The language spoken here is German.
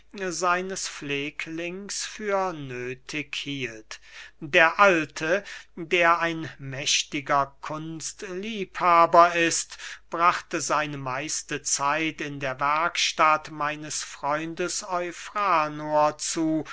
seines pfleglings für nöthig hielt der alte der ein mächtiger kunstliebhaber ist brachte seine meiste zeit in der werkstatt meines freundes eufranor zu